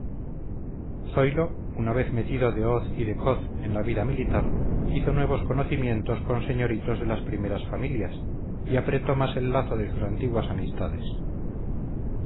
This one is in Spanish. remedios zoilo una vez metido de hoz y de coz en la vida militar hizo nuevos conocimientos con señoritos de las primeras familias y apretó más el lazo de sus antiguas amistades